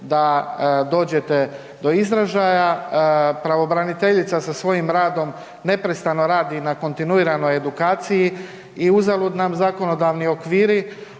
da dođete do izražaja. Pravobraniteljica sa svojim radom neprestano radi na kontinuiranoj edukaciji i uzalud nam zakonodavni okviri